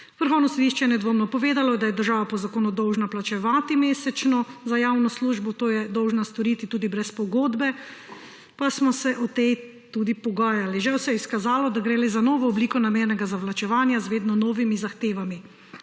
»Vrhovno sodišče je nedvomno povedalo, da je država po zakonu dolžna plačevati mesečno za javno službo. To je dolžna storiti tudi brez pogodbe, pa smo se o tej tudi pogajali. Žal se je izkazalo, da gre le za novo obliko namernega zavlačevanja z vedno novimi zahtevami.